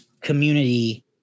Community